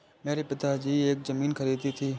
मेरे पिताजी ने एक जमीन खरीदी थी